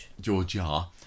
georgia